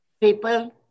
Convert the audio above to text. people